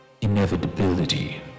inevitability